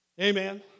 Amen